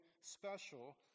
special